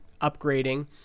upgrading